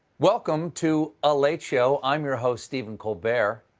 welcome to a late show. i'm your host, stephen colbert.